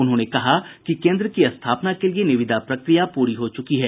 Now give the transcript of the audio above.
उन्होंने कहा कि केन्द्र की स्थापना के लिए निविदा प्रक्रिया पूरी हो चुकी है